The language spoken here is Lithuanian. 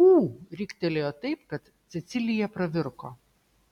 ū riktelėjo taip kad cecilija pravirko